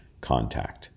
contact